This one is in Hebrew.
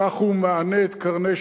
כך הוא מענה את קרני-שומרון.